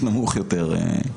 אני